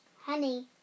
honey